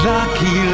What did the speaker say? Lucky